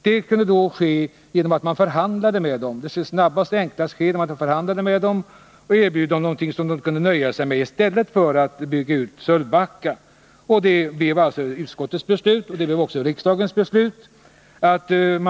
Det kunde ske enklast och snabbast genom att man förhandlade med företaget och erbjöd någonting som det kunde nöja sig med i stället för att bygga ut Sölvbacka. Det blev utskottets beslut, och det blev också riksdagens beslut.